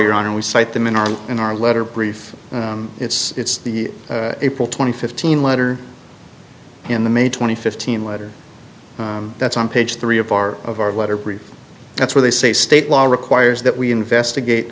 your honor we cite them in our in our letter brief it's the april twenty fifteen letter in the main twenty fifteen letter that's on page three of our of our letter brief that's where they say state law requires that we investigate